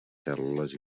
cèl·lules